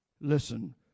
Listen